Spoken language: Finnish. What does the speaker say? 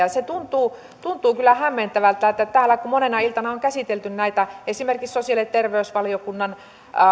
ja tuntuu tuntuu kyllä hämmentävältä että kun täällä monena iltana on käsitelty näitä esimerkiksi sosiaali ja terveysvaliokunnan